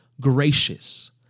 gracious